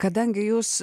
kadangi jūs